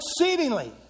exceedingly